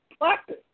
practice